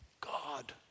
God